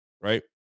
right